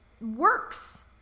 works